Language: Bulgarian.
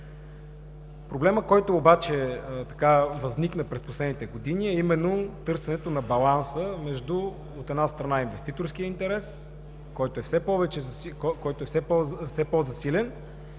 Проблемът, който обаче възникна през последните години, е именно търсенето на баланс, от една страна, на инвеститорския интерес, който е все по-засилен